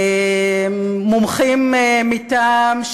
מומחים מטעם,